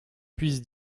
puisse